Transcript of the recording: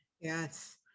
yes